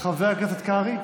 חבר הכנסת קרעי,